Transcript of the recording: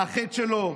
מה החטא שלו,